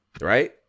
Right